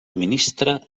ministra